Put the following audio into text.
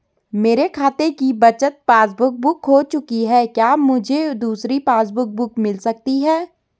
मेरे खाते की बचत पासबुक बुक खो चुकी है क्या मुझे दूसरी पासबुक बुक मिल सकती है?